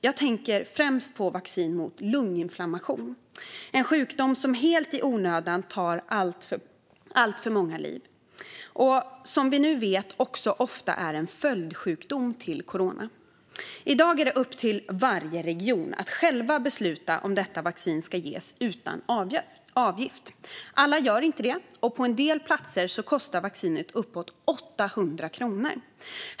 Jag tänker främst på vaccin mot lunginflammation, en sjukdom som helt i onödan tar alltför många liv och, som vi nu vet, ofta är en följdsjukdom till corona. I dag är det upp till varje region att själv besluta om detta vaccin ska ges utan avgift. Alla ger det inte utan avgift. På en del platser kostar vaccinet uppåt 800 kronor.